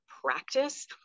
practice